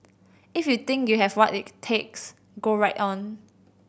if you think you have what it takes go right on